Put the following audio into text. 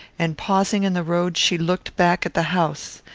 and pausing in the road she looked back at the house,